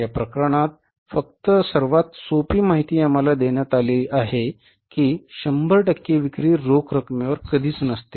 या प्रकरणात फक्त सर्वात सोपी माहिती आम्हाला देण्यात आली आहे की शंभर टक्के विक्री रोख रकमेवर कधीच नसते